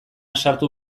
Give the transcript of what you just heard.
sartu